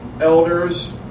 Elders